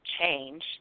change